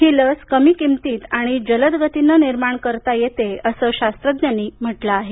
ही लस कमी किंमतीत आणि जलद गतीनं निर्माण करता येते असं शास्त्रज्ञांनी म्हटलं आहे